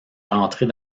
rentrer